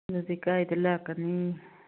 ꯑꯗꯨꯗꯤ ꯀꯥꯏꯗ ꯂꯥꯛꯀꯅꯤ